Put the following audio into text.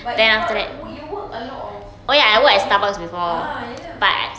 but you got you work a lot of you work yo~ ah ya lah